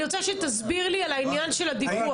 אני רוצה שתסביר לי על העניין של הדיווח.